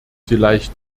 vielleicht